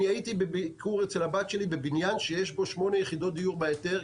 הייתי בביקור אצל הבת שלי בבניין שיש בו 8 יחידות דיור בהיתר,